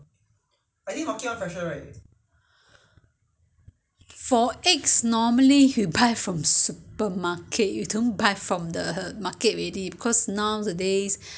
they don't sell eggs anymore cause not not many people buying you know people all buy from N_T_U_C so you can't find you can't even find egg store there